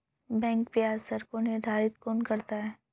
Bank ब्याज दर को निर्धारित कौन करता है?